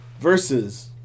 versus